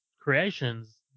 creations